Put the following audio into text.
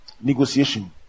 negotiation